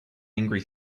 angry